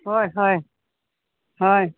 হয় হয় হয়